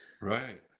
Right